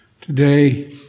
Today